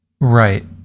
Right